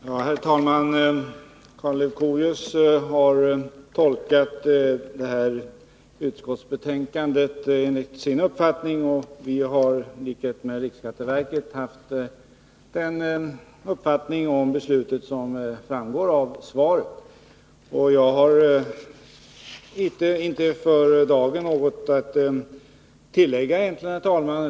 Herr talman! Karl Leuchovius har gjort sin tolkning av utskottsbetänkandet, och vi har i likhet med riksskatteverket haft den uppfattning om beslutet som framgår av svaret. Jag har för dagen egentligen inte något att tillägga, herr talman.